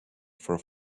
for